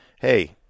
hey